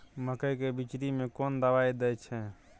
मकई के बिचरी में कोन दवाई दे छै?